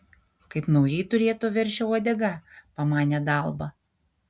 kaip naujai turėto veršio uodega pamanė dalba